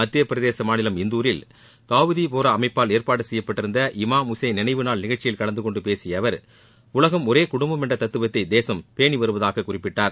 மத்தியப்பிரதேச மாநிலம் இந்தூரில் தாவூதி போரா அமைப்பால் ஏற்பாடு செய்யப்பட்டிருந்த இமாம் உசைன் நினைவு நாள் நிகழ்ச்சியில் கலந்துகொண்டு பேசிய அவர் உலகம் ஒரே குடும்பம் என்ற தத்துவத்தை தேசம் பேணிவருவதாக குறிப்பிட்டார்